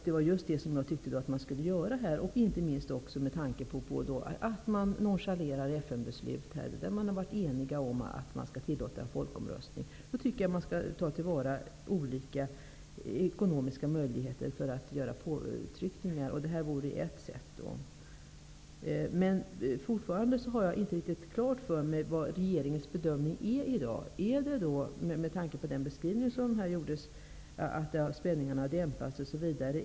Det var detta jag tyckte att vi skulle göra här, inte minst med tanke på att man nonchalerar ett FN beslut där man varit enig om att tillåta en folkomröstning. Jag tycker att vi skall ta till vara olika ekonomiska möjligheter för att utöva påtryckningar. Detta vore ju ett sätt. Jag har fortfarande inte riktigt klart för mig vad regeringens bedömning är i dag. Är det att spänningarna har dämpats, med tanke på den beskrivning som gjordes här?